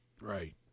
Right